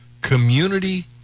community